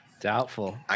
Doubtful